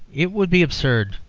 it would be absurd,